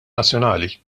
nazzjonali